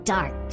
Dark